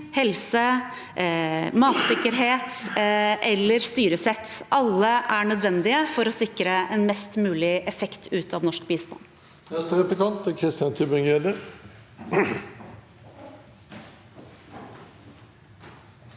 helse, matsikkerhet eller styresett. Alle er nødvendige for å sikre mest mulig effekt ut av norsk bistand.